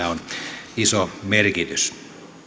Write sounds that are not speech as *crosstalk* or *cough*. *unintelligible* on iso merkitys